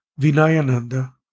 Vinayananda